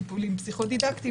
טיפולים פסיכו-דידקטיים,